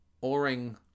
oaring